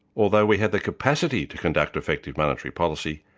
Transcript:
although we had the capacity to conduct effective monetary policy,